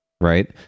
right